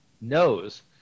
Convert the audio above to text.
knows